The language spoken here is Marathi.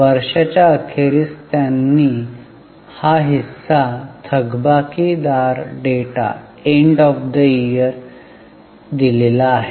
वर्षाच्या अखेरीस त्यांनी हा हिस्सा थकबाकी दार डेटा ईओवाय दिलेला आहे